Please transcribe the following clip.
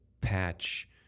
patch